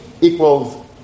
equals